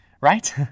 Right